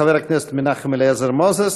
חבר הכנסת מנחם אליעזר מוזס,